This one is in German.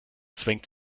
zwängt